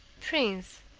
prince,